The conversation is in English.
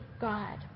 God